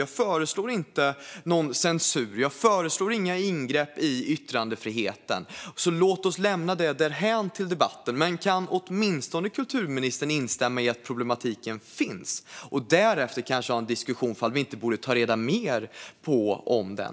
Jag föreslår inte någon censur. Jag föreslår inga ingrepp i yttrandefriheten. Låt oss alltså lämna det därhän i debatten. Men kan kulturministern åtminstone instämma i att problematiken finns så att vi därefter kanske kan ha en diskussion om huruvida vi inte borde ta reda på mer om den?